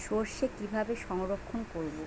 সরষে কিভাবে সংরক্ষণ করব?